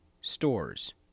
stores